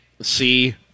See